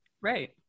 Right